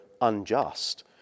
unjust